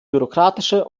bürokratische